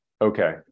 Okay